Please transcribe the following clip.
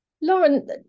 Lauren